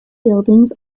buildings